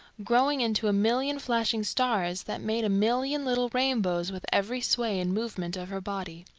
growing into a million flashing stars that made a million little rainbows with every sway and movement of her body.